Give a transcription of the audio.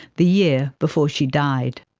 the year before she died.